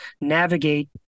navigate